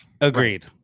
Agreed